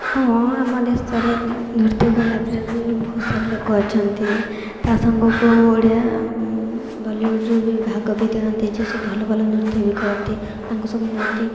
ହଁ ଆମ ଦେଶରେ ନୃତ୍ୟ କଳା ପ୍ରାୟ ବି ବହୁତସାରା ଲୋକ ଅଛନ୍ତି ତା ସାଙ୍ଗକୁ ଓଡ଼ିଆ ବଲିଉଡ଼୍ରେ ବି ଭାଗ ବି ଦିଅନ୍ତି ଯେ ସବୁ ଭଲ ଭଲ ନୃତ୍ୟ ବି କରନ୍ତି ତାଙ୍କୁ ସବୁ ନିଅନ୍ତି